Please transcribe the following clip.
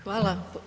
Hvala.